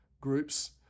groups